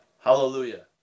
hallelujah